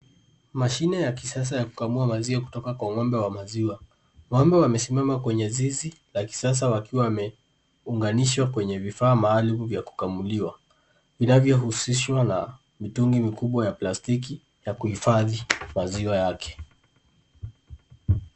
Mashine ya kisasa ya kukamua maziwa kutoka kwa ng'ombe maziwa. Ng'ombe wamesimama kwenye zizi la kisasa wakiwa wameunganishwa kwenye vifaa maalumu vya kukamuliwa. Vinavyohusishwa na mitungi mikubwa ya plastiki ya kuhifadhi maziwa yake.